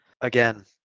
Again